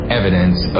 evidence